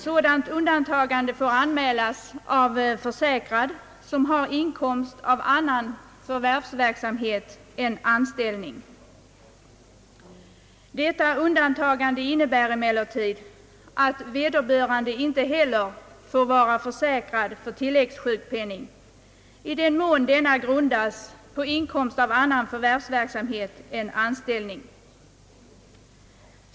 Sådant undantagande får anmälas av försäkrad som har inkomst av annan förvärvsverksamhet än anställning. Detta unmdantagande innebär emellertid att vederbörande inte heller får vara försäkrad för tilläggssjukpenning i den mån denna grundas på inkomst av annan förvärvsverksamhet än anställning.